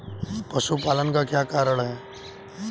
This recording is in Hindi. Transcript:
पशुपालन का क्या कारण है?